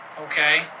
okay